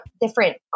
different